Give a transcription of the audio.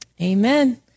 Amen